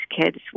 kids